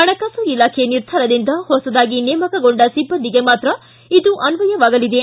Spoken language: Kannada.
ಹಣಕಾಸು ಇಲಾಖೆ ನಿರ್ಧಾರದಿಂದ ಹೊಸದಾಗಿ ನೇಮಕಗೊಂಡ ಸಿಬ್ಲಂದಿಗೆ ಮಾತ್ರ ಇದು ಅನ್ನಯವಾಗಲಿದೆ